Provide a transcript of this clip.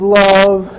love